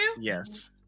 Yes